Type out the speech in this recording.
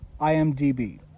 IMDb